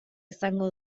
izango